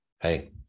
hey